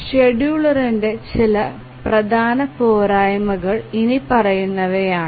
ഷെഡ്യൂളറിന്റെ ചില പ്രധാന പോരായ്മകൾ ഇനിപ്പറയുന്നവയാണ്